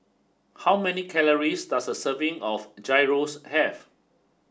how many calories does a serving of Gyros have